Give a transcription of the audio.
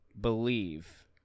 believe